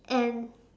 and